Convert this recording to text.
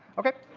okay.